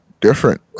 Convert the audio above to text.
different